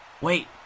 wait